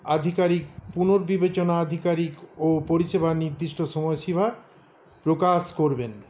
আধিকারিক পুনর্বিবেচনা আধিকারিক ও পরিষেবা নির্দিষ্ট সময়সীমা প্রকাশ করবেন